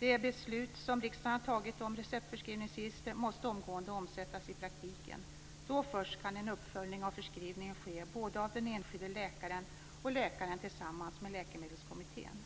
Det beslut som riksdagen har tagit om receptförskrivningsregister måste omgående omsättas i praktiken. Då först kan en uppföljning av förskrivningen ske både av den enskilde läkaren och av läkaren tillsammans med läkemedelskommittén.